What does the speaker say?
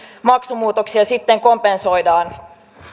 maksumuutoksia sitten kompensoidaan